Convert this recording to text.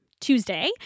Tuesday